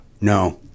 no